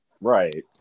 right